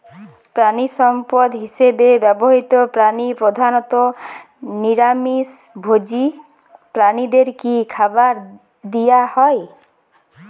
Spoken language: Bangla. প্রাণিসম্পদ হিসেবে ব্যবহৃত প্রাণী প্রধানত নিরামিষ ভোজী প্রাণীদের কী খাবার দেয়া হয়?